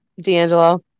D'Angelo